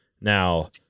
Now